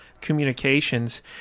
Communications